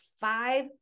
five